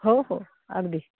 हो हो अगदी